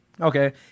Okay